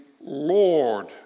Lord